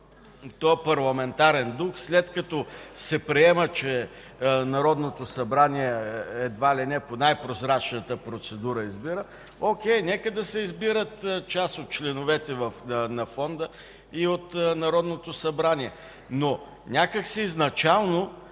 този парламентарен дух, след като се приема, че Народното събрание едва ли не по най-прозрачната процедура избира, окей, нека се избират част от членовете на Фонда и от Народното събрание. Но някак си изначално